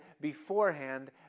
beforehand